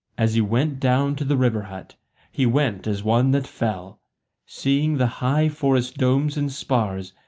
as he went down to the river-hut he went as one that fell seeing the high forest domes and spars.